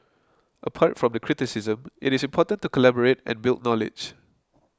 apart from the criticism it is important to collaborate and build knowledge